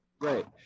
Right